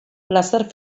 plazer